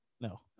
No